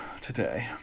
today